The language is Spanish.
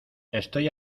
estoy